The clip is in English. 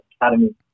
Academy